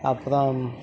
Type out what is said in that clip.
அப்புறம்